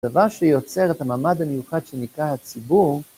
דבר שיוצר את הממד המיוחד שנקרא הציבור